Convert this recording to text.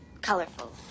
colorful